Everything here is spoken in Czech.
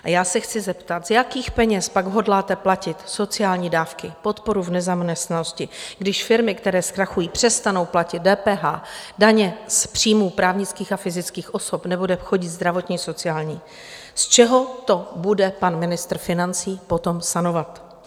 A já se chci zeptat, z jakých peněz pak hodláte platit sociální dávky, podporu v nezaměstnanosti, když firmy, které zkrachují, přestanou platit DPH, daně z příjmu právnických a fyzických osob, nebude chodit zdravotní a sociální, z čeho to bude pan ministr financí potom sanovat?